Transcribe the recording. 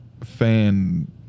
fan